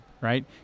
right